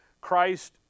Christ